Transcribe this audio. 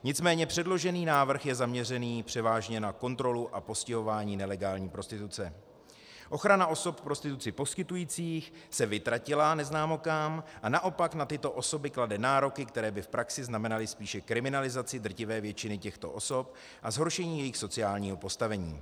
Nicméně předložený návrh je zaměřený převážně na kontrolu a postihování nelegální prostituce, ochrana osob prostituci poskytujících se vytratila neznámo kam, a naopak na tyto osoby klade nároky, které by v praxi znamenaly spíše kriminalizaci drtivé většiny těchto osob a zhoršení jejich sociálního postavení.